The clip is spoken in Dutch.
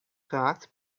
geraakt